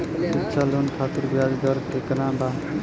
शिक्षा लोन खातिर ब्याज दर केतना बा?